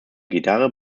gitarre